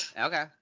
Okay